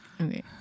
Okay